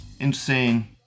Insane